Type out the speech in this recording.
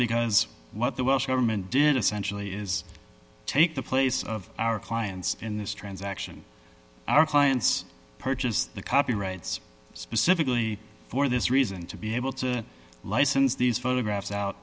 because what the welsh government did essentially is take the place of our clients in this transaction our clients purchase the copyrights specifically for this reason to be able to license these photographs out